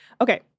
Okay